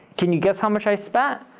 can you guess how much i spent?